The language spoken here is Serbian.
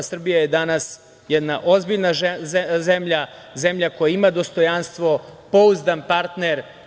Srbija je danas jedna ozbiljna zemlja, zemlja koja ima dostojanstvo, pouzdan partner.